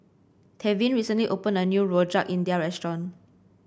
Tevin recently opened a new Rojak India restaurant